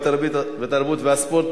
התרבות והספורט,